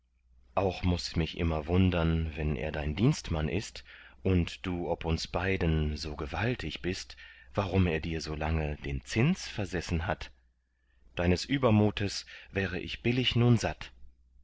auch muß mich immer wundern wenn er dein dienstmann ist und du ob uns beiden so gewaltig bist warum er dir so lange den zins versessen hat deines übermutes wäre ich billig nun satt